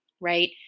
right